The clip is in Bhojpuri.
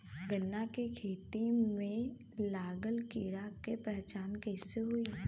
गन्ना के खेती में लागल कीड़ा के पहचान कैसे होयी?